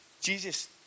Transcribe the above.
Jesus